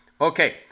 Okay